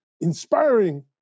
inspiring